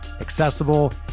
accessible